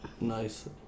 nice